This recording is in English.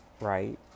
Right